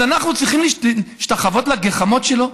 אז אנחנו צריכים להשתחוות לגחמות שלו.